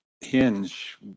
hinge